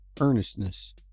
earnestness